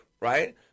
right